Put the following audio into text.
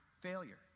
failure